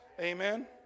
Amen